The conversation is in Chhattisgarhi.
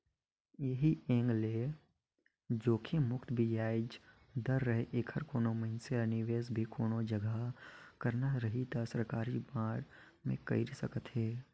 ऐही एंग ले जोखिम मुक्त बियाज दर रहें ऐखर कोनो मइनसे ल निवेस भी कोनो जघा करना रही त सरकारी बांड मे कइर सकथे